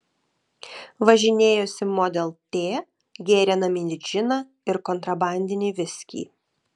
važinėjosi model t gėrė naminį džiną ir kontrabandinį viskį